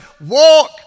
walk